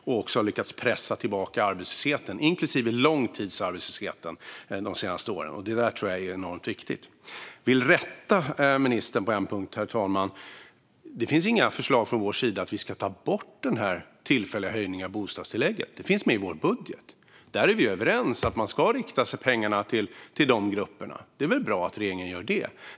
Vi har också lyckats pressa tillbaka arbetslösheten, inklusive långtidsarbetslösheten, de senaste åren. Det tror jag är enormt viktigt. Jag vill rätta ministern på en punkt, herr talman. Det finns inga förslag från vår sida om att ta bort den tillfälliga höjningen av bostadstillägget. Den finns med i vår budget. Vi är överens om att pengarna ska riktas till de grupperna. Det är bra att regeringen gör det.